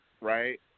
Right